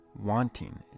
wanting